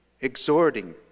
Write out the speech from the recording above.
exhorting